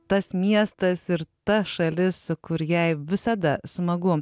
tas miestas ir ta šalis kur jai visada smagu